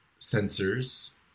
sensors